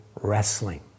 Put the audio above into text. wrestling